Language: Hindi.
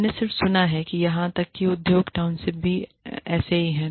मैंने सिर्फ सुना है कि यहां तक कि उद्योग टाउनशिप भी ऐसे ही हैं